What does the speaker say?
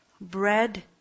Bread